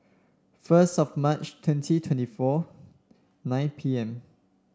first of March twenty twenty four nine P M